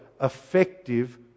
effective